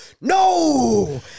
No